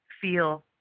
feel